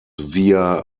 via